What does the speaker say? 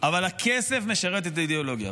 אבל הכסף משרת את האידיאולוגיה.